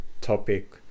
topic